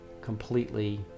completely